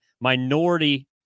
minority